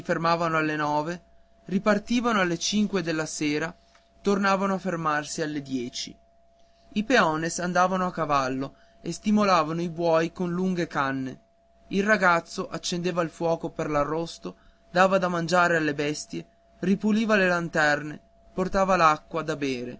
fermavano alle nove ripartivano alle cinque della sera tornavano a fermarsi alle dieci i peones andavano a cavallo e stimolavano i buoi con lunghe canne il ragazzo accendeva il fuoco per l'arrosto dava da mangiare alle bestie ripuliva le lanterne portava l'acqua da bere